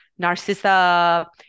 Narcissa